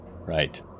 Right